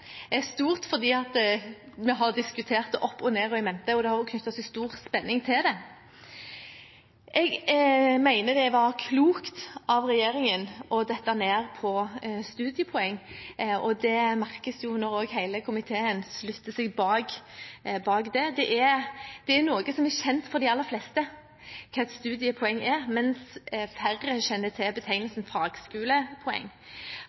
stort fordi vi har diskutert det opp og ned og i mente, og det har også knyttet seg stor spenning til det. Jeg mener det var klokt av regjeringen å falle ned på studiepoeng, og det merkes jo når også hele komiteen slutter opp om det. Hva et studiepoeng er, er noe som er kjent for de aller fleste, mens færre kjenner til